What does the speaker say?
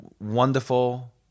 wonderful